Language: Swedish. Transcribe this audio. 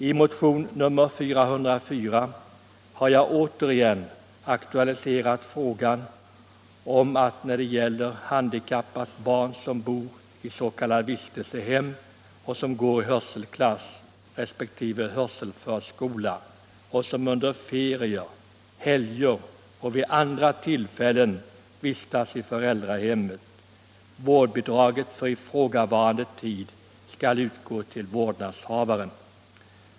I motion nr 404 har jag återigen aktualiserat önskemålet att när det gäller handikappat barn som bor i s.k. vistelsehem och som går i hörselklass resp. hörselförskola och som under ferier, helger och vid andra tillfällen vistas i föräldrahemmet, vårdbidraget för ifrågavarande tid skall utgå till vårdnadshavaren.